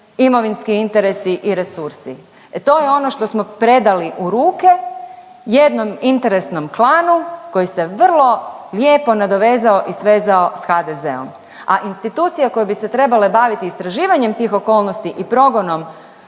imovinski interesi i resursi, e to je ono što smo predali u ruke jednom interesnom klanu koji se vrlo lijepo nadovezao i svezao s HDZ-om, a institucije koje bi se trebale baviti istraživanjem tih okolnosti i progonom